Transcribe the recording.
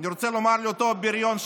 אני רוצה לומר לאותו בריון,